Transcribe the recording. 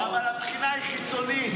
אבל הבחינה היא חיצונית.